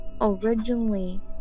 originally